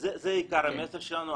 זה עיקר המסר שלנו.